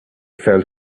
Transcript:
fell